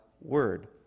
word